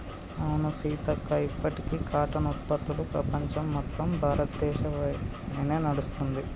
అవును సీతక్క ఇప్పటికీ కాటన్ ఉత్పత్తులు ప్రపంచం మొత్తం భారతదేశ పైనే నడుస్తుంది